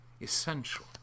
essential